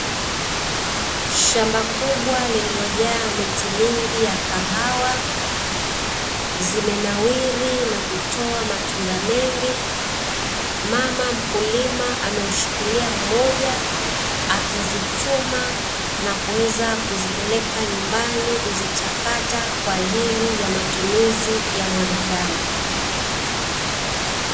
Shamba kubwa lililojaa miti mingi ya kahawa zimenawiri na kutoa matunda mengi. Mama mkulima ameushikilia mmoja, akizichuma na kuweza kuzipeleka nyumbani, kuzichakata kwa ajili ya matumizi ya mwanadamu.